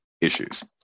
Issues